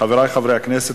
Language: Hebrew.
חברי חברי הכנסת,